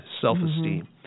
self-esteem